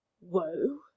Woe